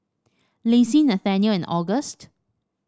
Lacie Nathaniel and August